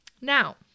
Now